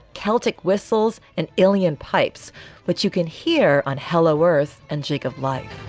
celtic whistles and alien pipes, which you can hear on hello earth and shake of life